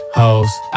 hoes